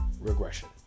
regression